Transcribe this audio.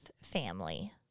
family